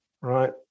right